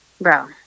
bro